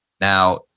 now